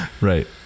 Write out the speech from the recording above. Right